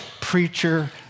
preacher